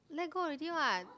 let go already what